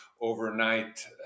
overnight